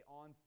on